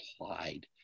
applied